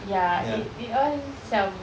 ya we all macam